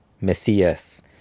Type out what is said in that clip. Messias